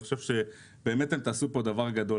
ואני חושב שבאמת אתם תעשו פה דבר גדול,